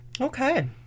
Okay